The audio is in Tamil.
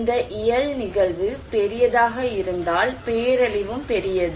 இந்த இயல் நிகழ்வு பெரியதாக இருந்தால் பேரழிவும் பெரியது